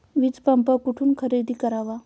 वीजपंप कुठून खरेदी करावा?